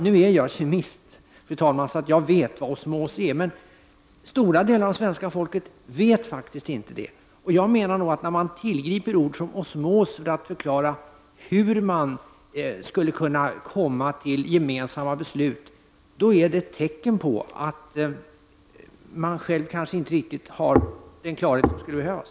Nu är jag, fru talman, kemist, och jag vet därför vad osmos är, men stora delar av svenska folket vet faktiskt inte det. Jag menar att det, när man tillgriper ord som osmos för att förklara hur man skulle kunna komma till gemensamma beslut, är ett tecken på att man kanske inte riktigt har den klarhet som skulle behövas.